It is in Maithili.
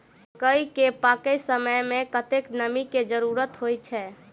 मकई केँ पकै समय मे कतेक नमी केँ जरूरत होइ छै?